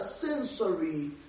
sensory